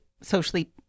socially